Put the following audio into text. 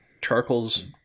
charcoals